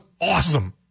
awesome